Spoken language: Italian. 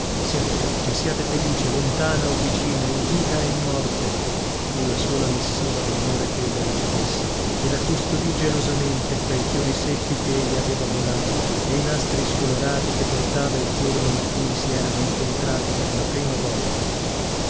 siate felice siate felice lontana o vicina in vita e in morte fu la sola missiva damore che ella ricevesse e la custodì gelosamente fra i fiori secchi chei le aveva donati e i nastri scoloriti che portava il giorno in cui si erano incontrati per la prima volta